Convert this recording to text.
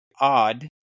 odd